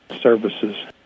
services